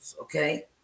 okay